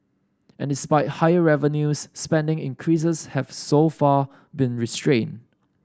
and despite higher revenues spending increases have so far been restrained